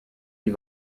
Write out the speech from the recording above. die